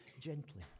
gently